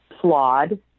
flawed